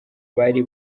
bari